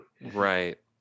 right